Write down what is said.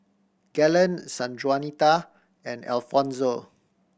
Galen Sanjuanita and Alfonzo